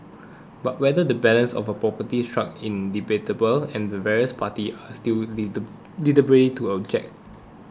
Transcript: but whether the balance of properly struck is debatable and the various parties are still at liberty to object